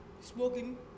smoking